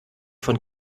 von